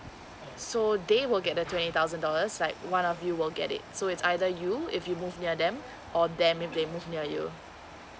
so they will get the twenty thousand dollars like one of you will get it so it's either you if you move near them or them if they move near you